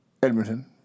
Edmonton